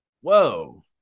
whoa